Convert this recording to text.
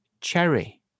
Cherry